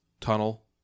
tunnel